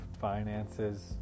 finances